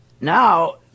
now